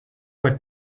were